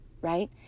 right